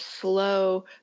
slow